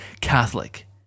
catholic